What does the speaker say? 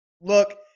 look